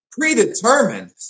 predetermined